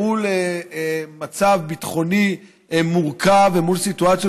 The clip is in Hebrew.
מול מצב ביטחוני מורכב ומול סיטואציות